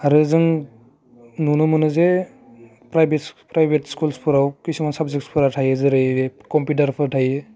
आरो जों नुनो मोनो जे प्राइभेट प्राइभेट स्कुल्सफोराव खिसुमान साबजेक्टफोरा थायो जेरै कम्पिटारफोर थायो